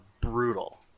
brutal